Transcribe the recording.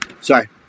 Sorry